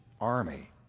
army